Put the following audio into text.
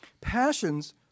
Passions